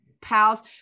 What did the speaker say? pals